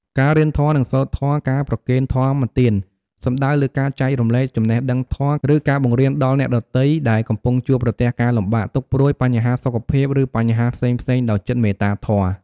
ការរៀនធម៌ និងសូត្រធម៌ ការប្រគេនធម្មទាន សំដៅលើការចែករំលែកចំណេះដឹងធម៌ ឬការបង្រៀនធម៌ដល់អ្នកដទៃ ដែលកំពុងជួបប្រទះការលំបាក ទុក្ខព្រួយ បញ្ហាសុខភាព ឬបញ្ហាផ្សេងៗដោយចិត្តមេត្តាធម៌។